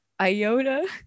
Iota